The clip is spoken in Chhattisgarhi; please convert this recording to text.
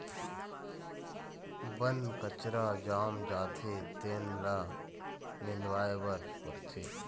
बन कचरा जाम जाथे तेन ल निंदवाए बर परथे